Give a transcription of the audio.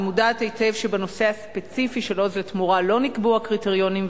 אני מודעת היטב שבנושא הספציפי של "עוז לתמורה" לא נקבעו הקריטריונים,